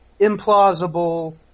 implausible